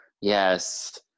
Yes